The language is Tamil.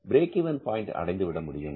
பிரேக் இவென் பாயின்ட் அடைந்துவிட முடியும்